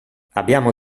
abbiamo